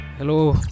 Hello